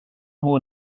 nhw